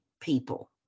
people